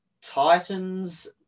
Titans